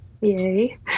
Yay